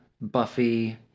buffy